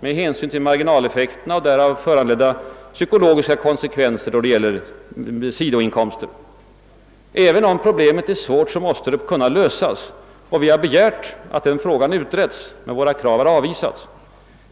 med hänsyn till marginaleffekterna och därav föranledda psykologiska :konsekvenser när det gäller sidoinkomster. Även om problemet är svårt måste det kunna lösas. Vi har begärt att denna fråga skulle utredas, men våra krav har avvisats.